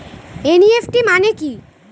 NEFT মানে কি?